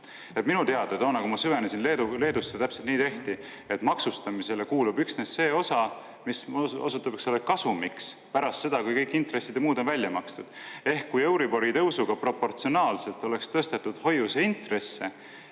Minu teada, toona, kui ma süvenesin Leedusse, täpselt nii tehti: maksustamisele kuulub üksnes see osa, mis osutub kasumiks pärast seda, kui kõik intressid ja muud on välja makstud. Ehk kui euribori tõusuga proportsionaalselt oleks tõstetud hoiuseintresse,